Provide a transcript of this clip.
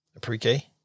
Pre-K